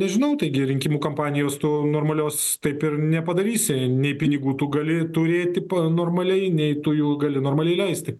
nežinau taigi rinkimų kampanijos normalios taip ir nepadarysi nei pinigų tu gali turėti normaliai nei tu jų gali normaliai leisti